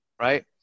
right